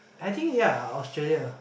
I think yeah Australia